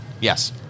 Yes